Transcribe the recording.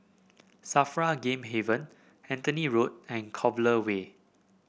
Safra Game Haven Anthony Road and Clover Way